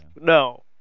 No